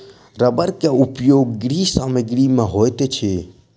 रबड़ के उपयोग गृह सामग्री में होइत अछि